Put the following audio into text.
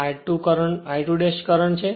આ current I2 છે